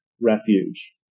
refuge